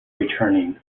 returning